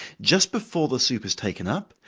just before the soup is taken up,